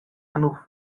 genoeg